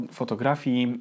fotografii